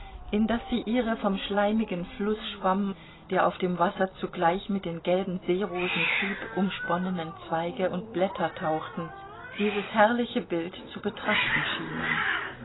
in das sie ihre vom schleimigen flußschwamm der auf dem wasser zugleich mit den gelben seerosen trieb umsponnenen zweige und blätter tauchten dieses herrliche bild zu betrachten schienen